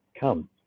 come